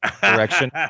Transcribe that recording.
direction